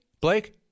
Blake